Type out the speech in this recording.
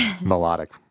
melodic